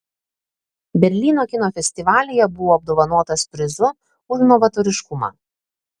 berlyno kino festivalyje buvo apdovanotas prizu už novatoriškumą